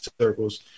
circles